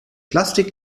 plastik